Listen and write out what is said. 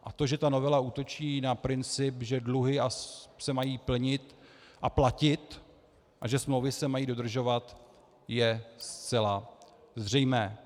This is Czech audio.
A to, že ta novela útočí na princip, že dluhy se mají plnit a platit a že smlouvy se mají dodržovat, je zcela zřejmé.